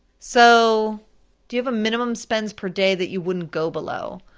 so do you have a minimum spends per day that you wouldn't go below?